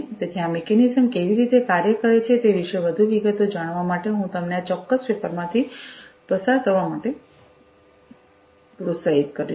તેથી આ મિકેનિઝમ્સ કેવી રીતે કાર્ય કરે છે તે વિશે વધુ વિગતો જાણવા માટે હું તમને આ ચોક્કસ પેપરમાંથી પસાર થવા માટે પ્રોત્સાહિત કરીશ